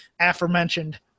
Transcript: aforementioned